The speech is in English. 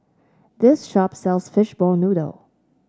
this shop sells Fishball Noodle